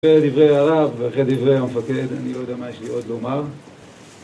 אחרי דברי הרב ואחרי דברי המפקד, אני לא יודע מה יש לי עוד לומר